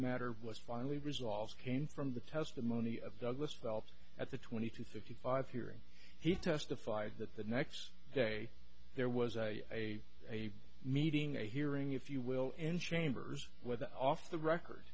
matter was finally resolved came from the testimony of douglas phelps at the twenty two fifty five hearing he testified that the next day there was a a a meeting a hearing if you will and chambers where the off the record